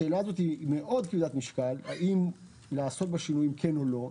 השאלה הזו האם לעשות בה שינויים כן או לא,